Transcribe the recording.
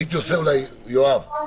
יואב,